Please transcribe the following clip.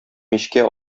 мичкә